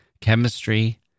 chemistry